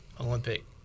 Olympic